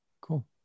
cool